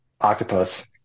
octopus